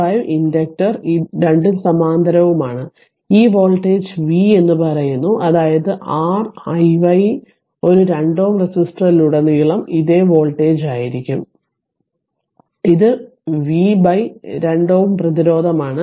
5 inductor രണ്ടും സമാന്തരവുമാണ് ഈ വോൾട്ടേജ് v എന്ന് പറയുന്നു അതായത് R i y ഒരു 2 Ω റെസിസ്റ്ററിലുടനീളം ഇതേ വോൾട്ടേജായിരിക്കും അതിനാൽ ഇത് V 2 Ω പ്രതിരോധമാണ്